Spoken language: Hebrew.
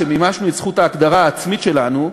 שמימשנו את זכות ההגדרה העצמית שלנו,